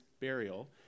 burial